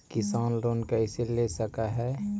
किसान लोन कैसे ले सक है?